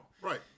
Right